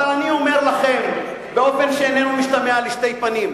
אבל אני אומר לכם, באופן שאינו משתמע לשתי פנים: